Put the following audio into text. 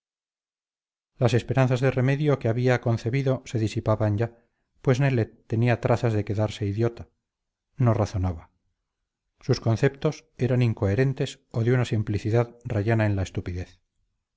las esperanzas de remedio que había concebido se disipaban ya pues nelet tenía trazas de quedarse idiota no razonaba sus conceptos eran incoherentes o de una simplicidad rayana en la estupidez